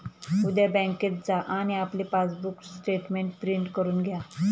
उद्या बँकेत जा आणि आपले पासबुक स्टेटमेंट प्रिंट करून घ्या